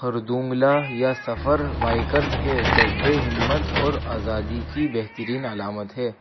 ہردونگلہ یا سفر بائیکرس کے جذبے ہمت اور آزادی کی بہترین علامت ہے